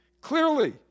Clearly